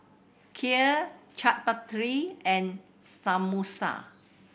Kheer Chaat Papri and Samosa